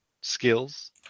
skills